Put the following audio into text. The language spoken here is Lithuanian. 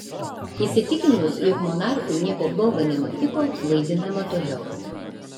įsitikinus jog monarchui nieko bloga nenutiko vaidinama toliau